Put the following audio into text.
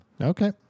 Okay